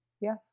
Yes